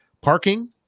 parking